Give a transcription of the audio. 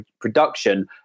production